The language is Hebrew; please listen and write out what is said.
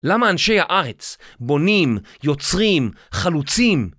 למה אנשי הארץ בונים, יוצרים, חלוצים?